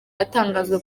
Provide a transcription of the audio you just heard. atangazwa